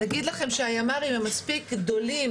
להגיד לכם שהימ"רים הם מספיק גדולים